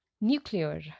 nuclear